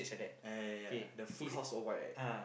eh ya ya ya the foot house all white